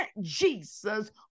Jesus